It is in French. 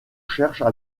cherchent